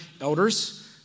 elders